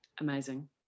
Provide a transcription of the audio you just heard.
Amazing